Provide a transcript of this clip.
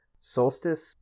solstice